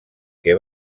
que